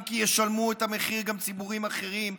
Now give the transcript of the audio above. אם כי ישלמו את המחיר גם ציבורים אחרים,